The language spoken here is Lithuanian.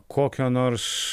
kokio nors